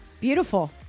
beautiful